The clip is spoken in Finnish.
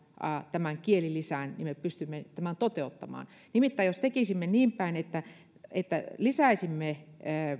tämän kielilisän rakentamalla me pystymme tämän toteuttamaan nimittäin jos tekisimme niin päin että että lisäisimme